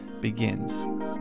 begins